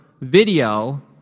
video